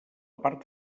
part